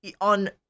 on